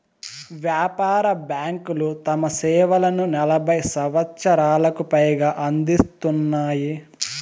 వ్యాపార బ్యాంకులు తమ సేవలను నలభై సంవచ్చరాలకు పైగా అందిత్తున్నాయి